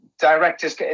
director's